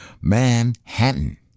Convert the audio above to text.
Manhattan